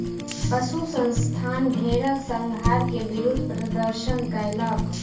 पशु संस्थान भेड़क संहार के विरुद्ध प्रदर्शन कयलक